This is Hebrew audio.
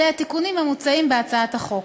אלה התיקונים המוצעים בהצעת החוק.